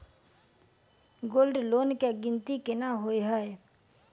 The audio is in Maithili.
गोल्ड लोन केँ गिनती केना होइ हय?